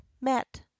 met